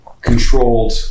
controlled